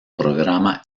programa